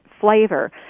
flavor